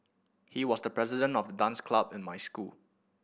he was the president of the dance club in my school